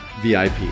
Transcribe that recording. VIP